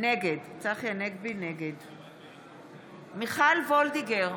נגד מיכל וולדיגר,